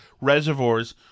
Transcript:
reservoirs